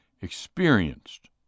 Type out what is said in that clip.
experienced